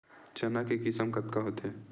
चना के किसम कतका होथे?